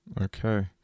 Okay